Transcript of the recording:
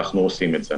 ואנחנו עושים את זה.